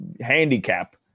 handicap